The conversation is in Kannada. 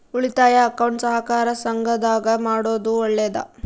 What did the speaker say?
ಉಳಿತಾಯ ಅಕೌಂಟ್ ಸಹಕಾರ ಸಂಘದಾಗ ಮಾಡೋದು ಒಳ್ಳೇದಾ?